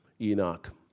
Enoch